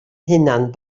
hunan